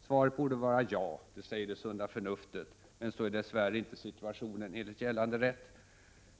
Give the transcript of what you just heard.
Svaret borde vara ja — det säger det sunda förnuftet. Men så är dess värre inte situationen enligt gällande rätt.